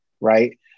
right